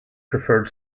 preferred